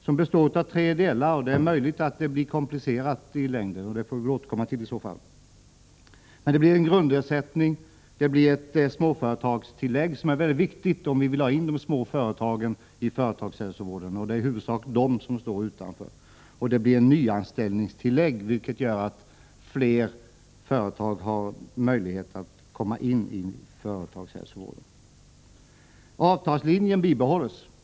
Det består av tre delar, och det är möjligt att detta blir komplicerat i längden, men det får vi i så fall återkomma till. Ersättningen utgörs av en grundersättning, ett småföretagstillägg — som är mycket viktigt om man vill få in de små företagen i företagshälsovården; det är i huvudsak de som står utanför — samt ett nyanställningstillägg, vilket gör att fler företag får möjlighet att komma in i företagshälsovården. Avtalslinjen bibehålls.